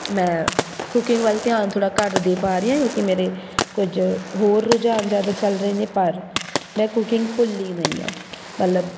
ਮੈਂ ਕੁਕਿੰਗ ਵੱਲ ਧਿਆਨ ਥੋੜ੍ਹਾ ਘੱਟ ਦੇ ਪਾ ਰਹੀ ਹਾਂ ਕਿਉਂਕਿ ਮੇਰੇ ਕੁਝ ਹੋਰ ਰੁਝਾਨ ਜ਼ਿਆਦਾ ਚੱਲ ਰਹੇ ਨੇ ਪਰ ਮੈਂ ਕੁਕਿੰਗ ਭੁੱਲੀ ਨਹੀਂ ਹਾਂ ਮਤਲਬ